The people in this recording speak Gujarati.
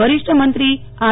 વરીષ્ઠ મંત્રી આર